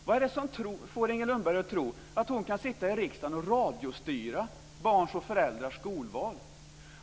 Vad är det som får Inger Lundberg att tro att hon kan sitta i riksdagen och radiostyra barns och föräldrars skolval?